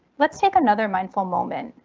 let's take another mindful moment.